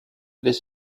this